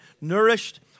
nourished